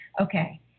okay